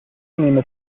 نیمه